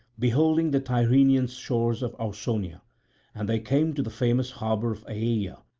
beholding the tyrrhenian shores of ausonia and they came to the famous harbour of aeaea,